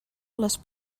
les